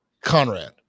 Conrad